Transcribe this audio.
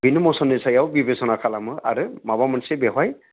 बेनि मसननि सायाव बिबेसना खालामो आरो माबा मोनसे बेवहाय